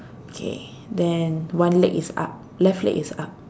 K then one leg is up left leg is up